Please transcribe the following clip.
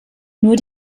nur